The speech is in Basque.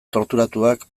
torturatuak